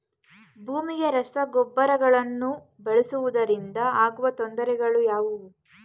ಭೂಮಿಗೆ ರಸಗೊಬ್ಬರಗಳನ್ನು ಬಳಸುವುದರಿಂದ ಆಗುವ ತೊಂದರೆಗಳು ಯಾವುವು?